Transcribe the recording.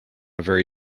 very